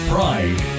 Pride